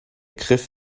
griff